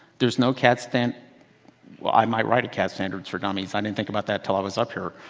there's no cad stan well i might write a cad standards for dummies. i didn't think about that till i was up here.